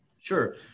Sure